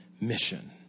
mission